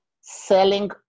selling